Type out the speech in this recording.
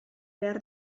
behar